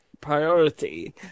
priority